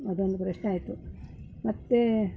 ಅದೊಂದು ಪ್ರಶ್ನೆ ಆಯಿತು ಮತ್ತು